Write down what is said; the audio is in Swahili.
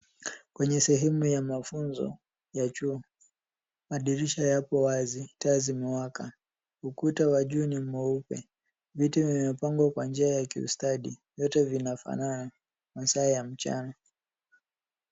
Kwenye sehemu ya mafunzo yaa juu madirisha yapo wazi taa zimewaka ukuta wa juu ni meupe viti imepangwa kwa njia ya ustadi vyote vinafanana masaa ya mchana.